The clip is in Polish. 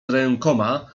rękoma